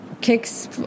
kicks